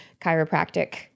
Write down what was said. chiropractic